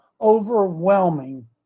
overwhelming